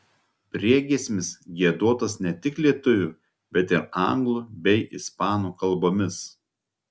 priegiesmis giedotas ne tik lietuvių bet ir anglų bei ispanų kalbomis